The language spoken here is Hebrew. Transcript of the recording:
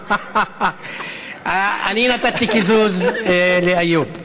אני נתתי קיזוז לאיוב,